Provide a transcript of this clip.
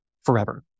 forever